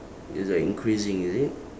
it's like increasing is it